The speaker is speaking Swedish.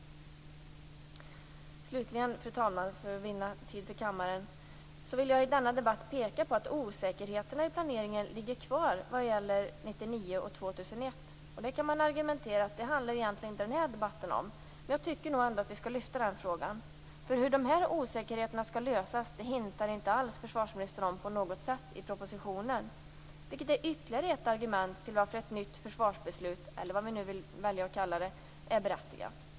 Slutligen, för att vinna tid åt kammaren, fru talman, vill jag i denna debatt peka på att osäkerheterna i planeringen ligger kvar vad gäller åren 1999 och 2001. Mot det kan man använda argumentet att den här debatten inte handlar om det, men jag tycker ändå att vi skall lyfta fram den frågan. Hur de här osäkerheterna skall lösas antyder inte försvarsministern på något sätt i propositionen, vilket är ytterligare ett argument för att ett nytt försvarsbeslut, eller vad man vill kalla det, är berättigat.